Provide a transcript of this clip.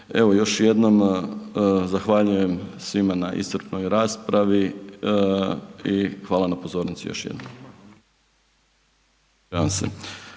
Evo, još jednom zahvaljujem svima na iscrpnoj raspravi i hvala na pozornosti još jednom.